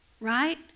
Right